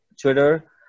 Twitter